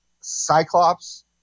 Cyclops